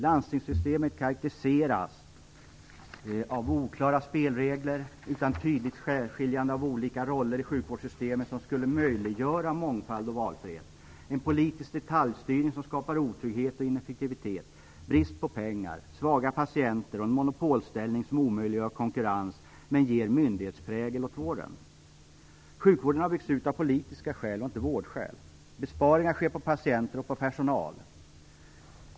Landstingssystemet karakteriseras av oklara spelregler utan tydligt särskiljande av olika roller i sjukvårdssystemet, som skulle möjliggöra mångfald och valfrihet, en politisk detaljstyrning som skapar otrygghet och ineffektivitet, brist på pengar, svaga patienter och en monopolställning som omöjliggör konkurrens men ger myndighetsprägel åt vården. Sjukvården har byggts ut av politiska skäl och inte vårdskäl. Besparingar sker på patienter och på personal.